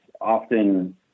often